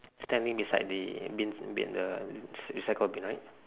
standing beside the bin bin uh re~ recycle bin right